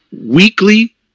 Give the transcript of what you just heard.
weekly